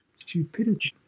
stupidity